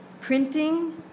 printing